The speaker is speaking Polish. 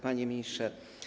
Panie Ministrze!